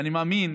ואני מאמין,